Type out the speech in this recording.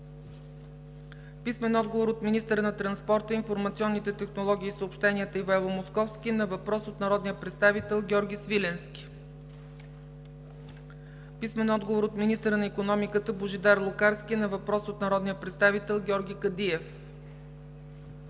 Мирчев; - министъра на транспорта, информационните технологии и съобщенията Ивайло Московски на въпрос от народния представител Георги Свиленски; - министъра на икономиката Божидар Лукарски на въпрос от народния представител Георги Кадиев;